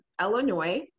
Illinois